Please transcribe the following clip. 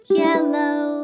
yellow